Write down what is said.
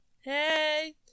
Hey